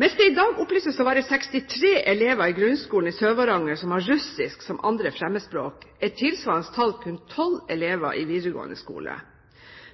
Mens det i dag opplyses å være 63 elever i grunnskolen i Sør-Varanger som har russisk som 2. fremmedspråk, er tilsvarende tall kun tolv elever i videregående skole.